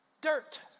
dirt